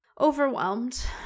Overwhelmed